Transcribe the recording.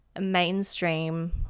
Mainstream